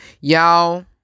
y'all